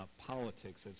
politics